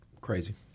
Crazy